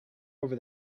over